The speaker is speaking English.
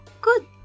good